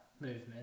movement